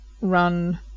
run